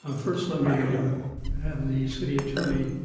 ah first let me um have the city attorney